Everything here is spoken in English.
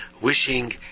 wishing